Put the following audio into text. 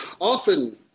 often